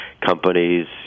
companies